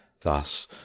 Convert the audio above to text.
thus